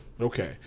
Okay